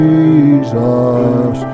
Jesus